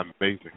Amazing